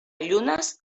llunes